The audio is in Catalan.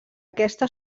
aquesta